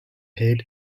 head